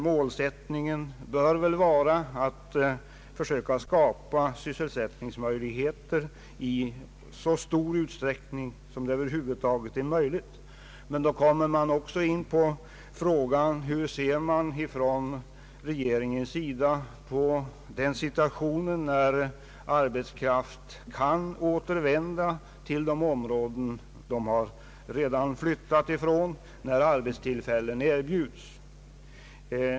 Målsättningen bör väl vara att försöka skapa sysselsättningsmöjligheter i så stor utsträckning som det över huvud taget är möjligt inom de områden av landet där arbetskraft finns. Men då kommer man också in på frågan hur regeringen ser på situationen i de fall arbetskraft kan återvända till områden den förut flyttat från, när arbetstillfällen erbjuds.